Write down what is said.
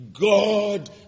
God